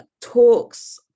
talks